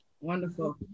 Wonderful